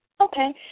Okay